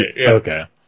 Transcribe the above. Okay